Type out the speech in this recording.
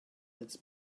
its